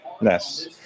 Yes